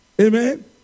Amen